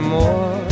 more